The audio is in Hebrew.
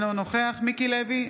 אינו נוכח מיקי לוי,